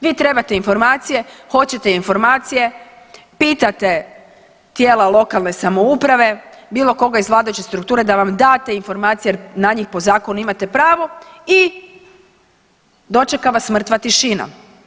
Vi trebate informacije, hoćete informacije, pitate tijela lokalne samouprave, bilo koga iz vladajuće strukture da vam da te informacije jer na njih po zakonu imate pravo i dočeka vas mrtva tišina.